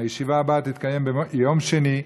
הישיבה הבאה תתקיים ביום שני,